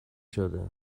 شده